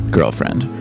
Girlfriend